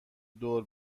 دور